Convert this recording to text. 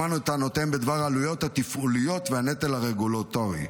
שמענו את טענותיהם בדבר העלויות התפעוליות והנטל הרגולטורי.